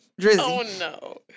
Drizzy